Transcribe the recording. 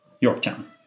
Yorktown